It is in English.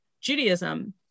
Judaism